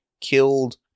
killed